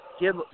give